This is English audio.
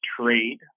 trade